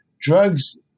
drugs